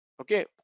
Okay